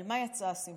על מה יצאה שמחתם?